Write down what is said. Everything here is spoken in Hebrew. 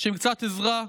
שעם קצת עזרה,